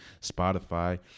Spotify